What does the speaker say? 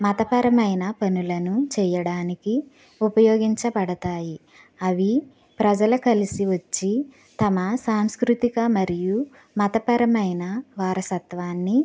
మతపరమైన పనులను చేయడానికి ఉపయోగించబడతాయి అవి ప్రజలు కలిసి వచ్చి తమ సాంస్కృతిక మరియు మతపరమైన వారసత్వాన్ని